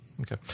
okay